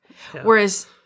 Whereas